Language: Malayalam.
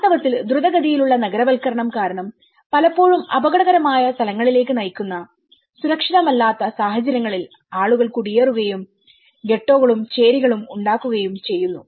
വാസ്തവത്തിൽ ദ്രുതഗതിയിലുള്ള നഗരവൽക്കരണം കാരണം പലപ്പോഴും അപകടകരമായ സ്ഥലങ്ങളിലേക്ക് നയിക്കുന്ന സുരക്ഷിതമല്ലാത്ത സാഹചര്യങ്ങളിൽ ആളുകൾ കുടിയേറുകയും ഗെട്ടോകളും ചേരികളും ഉണ്ടാക്കുകയും ചെയ്യുന്നു